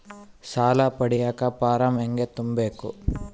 ಸಾಲ ಪಡಿಯಕ ಫಾರಂ ಹೆಂಗ ತುಂಬಬೇಕು?